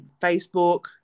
Facebook